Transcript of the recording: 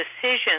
decisions